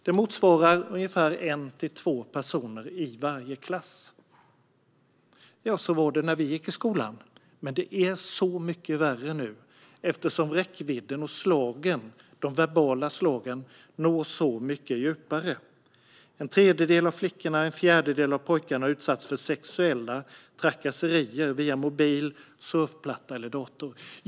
Det motsvarar ungefär en till två personer i varje klass. Det är så mycket värre nu än det var när vi gick i skolan, eftersom räckvidden och de verbala slagen når så mycket djupare. En tredjedel av flickorna och en fjärdedel av pojkarna har utsatts för sexuella trakasserier via mobil, surfplatta eller dator.